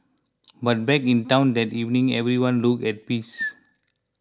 but back in town that evening everyone looked at peace